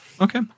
Okay